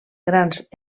grans